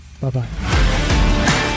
Bye-bye